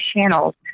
channels